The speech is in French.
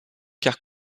car